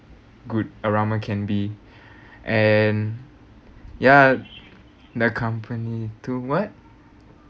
good aroma can be and yeah the company to what